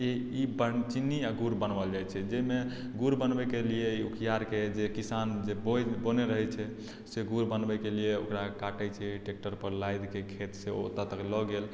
ई ई चिन्नी आओर गुड़ बनबौल जाइ छै जैमे गुड़ बनबैके लिये उखियारके जे किसान जे बोइ जे बोने रहय छै से गुड़ बनबयके लिये ओकरा काटय छै ट्रैक्टरपर लादिके खेतसँ ओ ओतोऽ तक लअ गेल